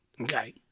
Okay